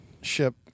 ship